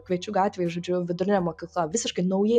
kviečių gatvėj žodžiu vidurinė mokykla visiškai naujai